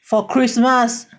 for Christmas